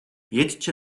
jedźcie